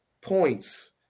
points